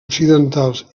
occidentals